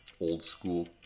old-school